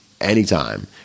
anytime